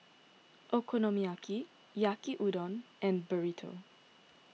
Okonomiyaki Yaki Udon and Burrito